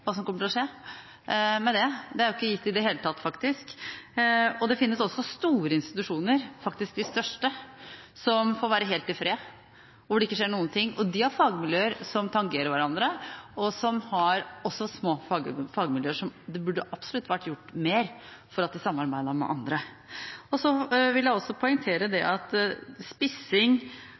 hva som kommer til å skje med det. Det er ikke gitt i det hele tatt. Det finnes også store institusjoner – faktisk de største – som får være helt i fred, hvor det ikke skjer noen ting. De har fagmiljøer som tangerer hverandre, og også små fagmiljøer der det absolutt burde vært gjort mer for at de samarbeidet med andre. Jeg vil også poengtere at spissing og spesialisering går langs to dimensjoner, etter vår oppfatning, som jeg mener ikke adresseres i meldingen. Det